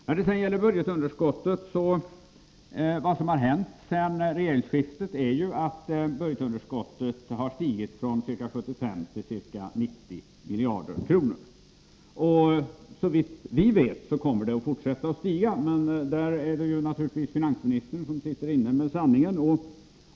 Vad som hänt i fråga om budgetunderskottet sedan regeringsskiftet är att detta har stigit från ca 75 miljarder till ca 90 miljarder. Såvitt vi vet kommer det att fortsätta att stiga. Men där är det naturligtvis finansministern som sitter inne med sanningen.